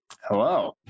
hello